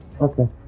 okay